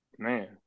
Man